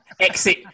exit